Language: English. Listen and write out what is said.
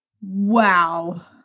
Wow